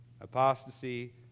Apostasy